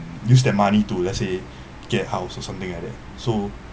use that money to let's say get house or something like that so